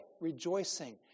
rejoicing